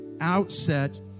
outset